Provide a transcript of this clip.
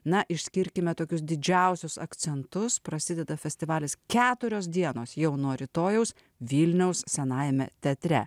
na išskirkime tokius didžiausius akcentus prasideda festivalis keturios dienos jau nuo rytojaus vilniaus senajame teatre